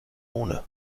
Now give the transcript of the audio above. ohne